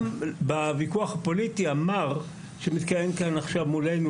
גם בוויכוח הפוליטי המר שמתקיים במדינה כאן מולנו,